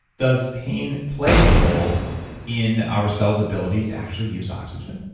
does pain play a role in our cells' ability to actually use oxygen?